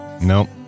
Nope